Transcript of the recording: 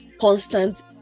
constant